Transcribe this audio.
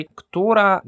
która